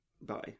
bye